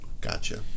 Gotcha